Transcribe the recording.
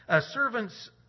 Servants